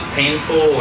painful